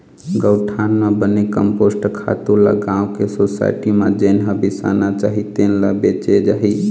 गउठान म बने कम्पोस्ट खातू ल गाँव के सुसायटी म जेन ह बिसाना चाही तेन ल बेचे जाही